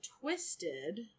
Twisted